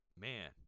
man